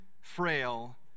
frail